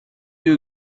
you